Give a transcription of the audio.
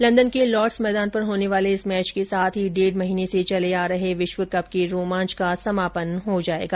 London के Lord's मैदान पर होने वाले इस मैच के साथ ही डेढ़ महीने से चले आ रहे विश्व कप के रोमांच का समापन हो जाएगा